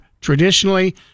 traditionally